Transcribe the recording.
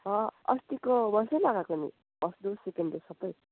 अस्तिको वर्ष लगाएको नि फर्स्ट डोज सेकेन्ड डोज सब